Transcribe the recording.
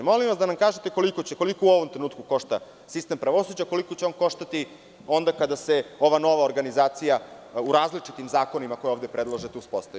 Molim vas da nam kažete koliko u ovom trenutku košta sistem pravosuđa, koliko će on koštati onda kada se ova nova organizacija u različitim zakonima koje ovde predlažete, uspostavi?